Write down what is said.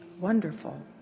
wonderful